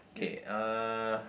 K uh